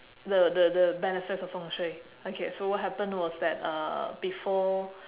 the the the benefits of 风水 okay so what happened was that uh before